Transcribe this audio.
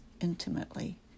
intimately